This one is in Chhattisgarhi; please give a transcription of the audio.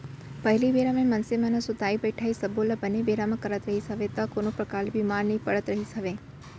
पहिली बेरा म मनसे मन ह सुतई बइठई सब्बो ल बने बेरा म करत रिहिस हवय त कोनो परकार ले बीमार नइ पड़त रिहिस हवय